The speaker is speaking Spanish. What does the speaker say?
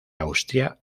austria